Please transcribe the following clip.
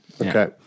Okay